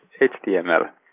HTML